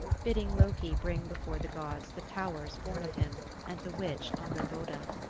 bidding loki bring before the gods the powers born of him and the witch angerboda.